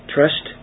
Trust